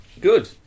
Good